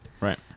Right